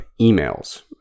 emails